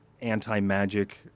anti-magic